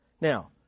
Now